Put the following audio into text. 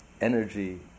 energy